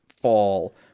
fall